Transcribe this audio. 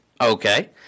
Okay